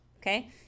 okay